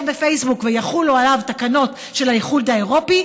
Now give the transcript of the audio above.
בפייסבוק ויחולו עליו תקנות של האיחוד האירופי,